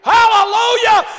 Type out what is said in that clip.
Hallelujah